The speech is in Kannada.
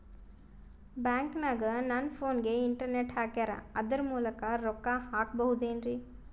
ಬ್ಯಾಂಕನಗ ನನ್ನ ಫೋನಗೆ ಇಂಟರ್ನೆಟ್ ಹಾಕ್ಯಾರ ಅದರ ಮೂಲಕ ರೊಕ್ಕ ಹಾಕಬಹುದೇನ್ರಿ?